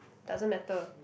doesn't matter